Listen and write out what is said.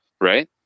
right